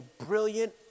brilliant